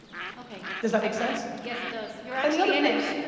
okay. does that make sense? yes, it does. you're actually in it.